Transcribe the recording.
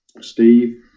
steve